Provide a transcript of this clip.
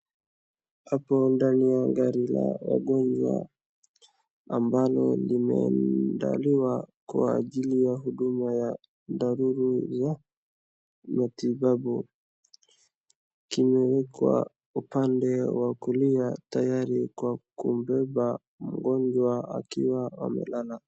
Hapo ndani ya gari la wagonjwa, ambalo limeandaliwa kwa ajili ya huduma ya dharuru ya matibabu. Kimewekwa upande wa kulia tayari kwa kumbeba mgonjwa akiwa amelala.